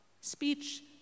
Speech